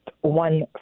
one